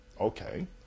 Okay